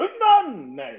none